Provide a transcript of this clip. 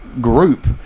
group